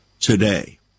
today